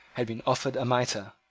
had been offered a mitre,